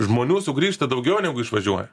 žmonių sugrįžta daugiau negu išvažiuoja